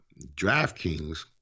DraftKings